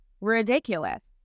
ridiculous